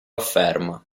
afferma